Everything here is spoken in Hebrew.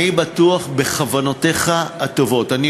אני בטוח בכוונות הטובות שלך,